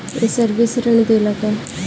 ये सर्विस ऋण देला का?